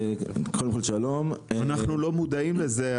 אנחנו לא מודעים לזה,